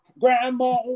grandma